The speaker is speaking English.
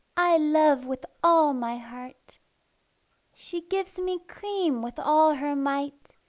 i love with all my heart she gives me cream with all her might,